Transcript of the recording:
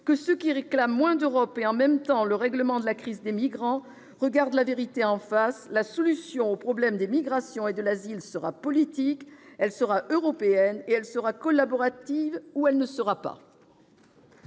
que ceux qui réclament moins d'Europe et, en même temps, le règlement de la crise des migrants regardent la vérité en face : la solution au problème des migrations et de l'asile sera politique, elle sera européenne, elle sera collaborative ou elle ne sera pas